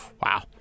Wow